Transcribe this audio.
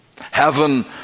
Heaven